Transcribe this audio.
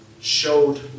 showed